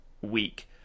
week